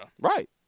Right